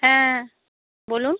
হ্যাঁ বলুন